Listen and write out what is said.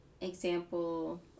example